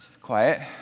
quiet